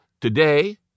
today